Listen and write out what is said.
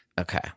Okay